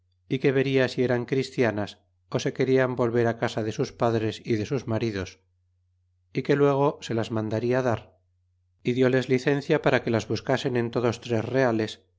é que verja si eran christianas ó se quedan volver casa de sus padres y de sus maridos y que luego se las mandarla dar y dióles licencia para que las buscasen en todos tres reales